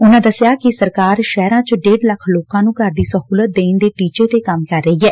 ਉਨੂਾਂ ਦਸਿਆ ਕਿ ਸਰਕਾਰ ਸ਼ਹਿਰਾਂ ਚ ਢੇਡ ਲੱਖ ਲੋਕਾਂ ਨੂੰ ਘਰ ਦੀ ਸਹੂਲਤ ਦੇਣ ਦੇ ਟੀਚੇ ਤੇ ਕੰਮ ਕਰ ਰਹੀ ਐ